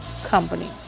company